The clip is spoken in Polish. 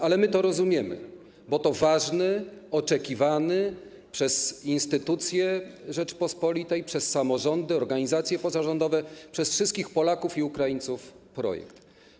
Ale my to rozumiemy, bo to ważny, oczekiwany przez instytucje Rzeczypospolitej, przez samorządy, organizacje pozarządowe, przez wszystkich Polaków i Ukraińców projekt.